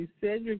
Cedric